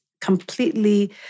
completely